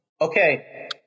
Okay